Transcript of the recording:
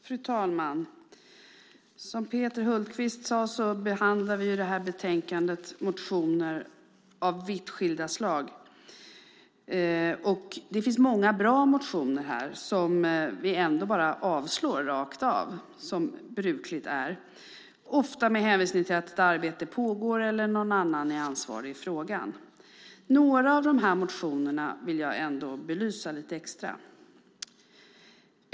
Fru talman! Som Peter Hultqvist sagt behandlas i detta betänkande motioner av vitt skilda slag. Det finns många bra motioner här. Ändå avstyrker vi dem rakt av - som brukligt är, ofta med hänvisning till att ett arbete pågår eller till att någon annan är ansvarig i frågan. Några av motionerna vill jag dock belysa lite extra.